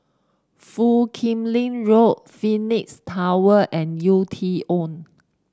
Foo Kim Lin Road Phoenix Tower and U T own